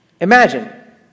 Imagine